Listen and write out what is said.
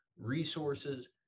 resources